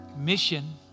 Mission